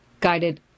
guided